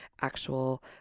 actual